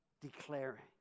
declaring